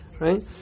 Right